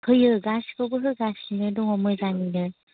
फैयो गासैखौबो होगासिनो दङ मोजाङैनो